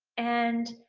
and,